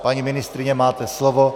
Paní ministryně, máte slovo.